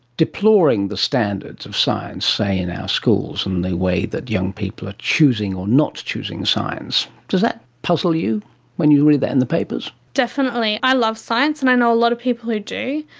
deploring the standards of science, say, in our schools and the way that young people are choosing or not choosing science. does that puzzle you when you read that in the papers? definitely. i love science and i know a lot of people who do.